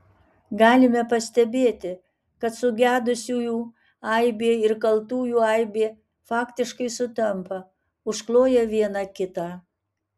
galime pastebėti kad sugedusiųjų aibė ir kaltųjų aibė faktiškai sutampa užkloja viena kitą